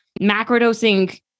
macrodosing